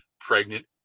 pregnant